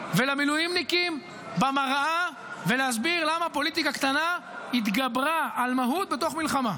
ולמילואימניקים במראה ולהסביר למה פוליטיקה קטנה התגברה על מהות בתוך מלחמה.